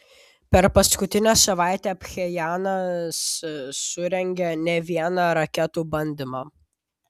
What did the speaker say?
per paskutinę savaitę pchenjanas surengė ne vieną raketų bandymą